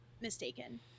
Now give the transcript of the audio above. mistaken